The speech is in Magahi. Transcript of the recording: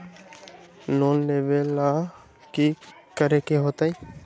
लोन लेवेला की करेके होतई?